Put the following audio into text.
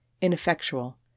ineffectual